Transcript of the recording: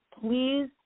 please